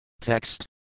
Text